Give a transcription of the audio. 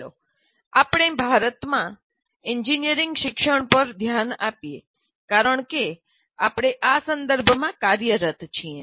ચાલો આપણે ભારતમાં એન્જિનિયરિંગ શિક્ષણ પર ધ્યાન આપીએ કારણકે આપણે આ સંદર્ભમાં કાર્યરત છીએ